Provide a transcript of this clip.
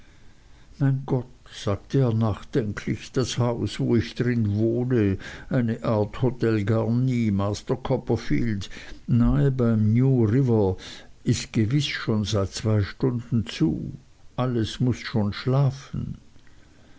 mein gott sagte er nachdenklich das haus wo ich drin wohne eine art hotel garni master copperfield nahe beim new river ist gewiß schon seit zwei stunden zu alles muß schon schlafen